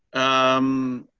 um,